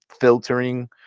filtering